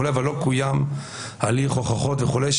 אבל לא קוים הליך הוכחות וכו'.